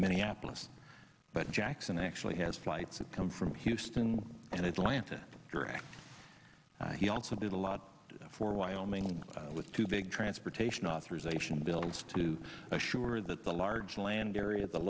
minneapolis but jackson actually has flights that come from houston and atlanta direct he also did a lot for wyoming with two big transportation authorization bills to assure that the large land area